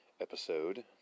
episode